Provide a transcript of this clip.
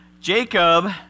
Jacob